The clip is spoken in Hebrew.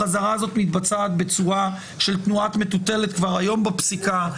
החזרה הזאת מתבצעת בצורה של תנועת מטוטלת כבר היום בפסיקה.